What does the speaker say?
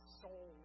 soul